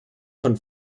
von